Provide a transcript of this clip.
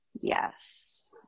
Yes